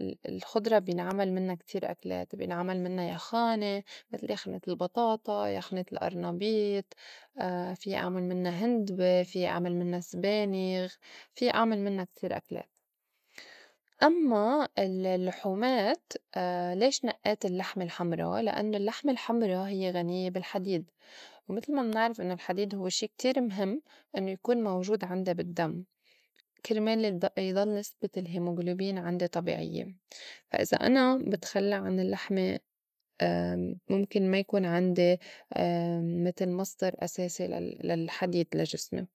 ال- الخضرا بينعمل منّا كتير أكلات بينعمل منّا يخاني متل يخنة البطاطا، يخنة الأرنبيط، فيّ أعمل منّا هندبة، فيّ أعمل منّا سبانغ، فيّ أعمل منّا كتير أكلات. أمّا ال- اللّحومات ليش نأّيت اللّحمة الحمرا؟ لإنّو اللّحمة الحمرا هيّ غنيّة بالحديد ومتل ما منعرف إنّو الحديد هوّ شي متير مهم إنّو يكون موجود عندي بالدّم كِرمال يض- يضل نسبة الهيموغلوبين عندي طبيعيّة، فا إذا أنا بتخلّى عن اللّحمة مُمكن ما يكون عندي متل مصدر أساسي لل- للحديد لجسمي.